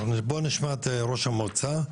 בוא נשמע את ראש המועצה,